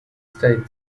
state